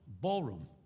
ballroom